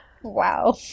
wow